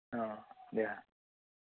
অ' দিয়া